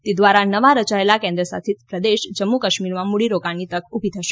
તે દ્વારા નવા રચાયેલા કેન્દ્રશાસિત પ્રદેશ જમ્મુ કાશ્મીરમાં મૂડીરોકાણની તક ઉભી થશે